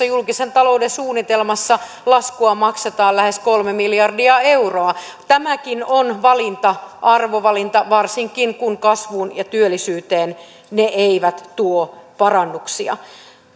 julkisen talouden suunnitelmassa laskua maksetaan lähes kolme miljardia euroa tämäkin on valinta arvovalinta varsinkin kun kasvuun ja työllisyyteen ne eivät tuo parannuksia